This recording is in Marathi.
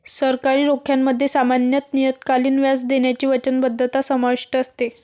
सरकारी रोख्यांमध्ये सामान्यत नियतकालिक व्याज देण्याची वचनबद्धता समाविष्ट असते